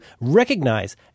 recognize